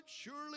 surely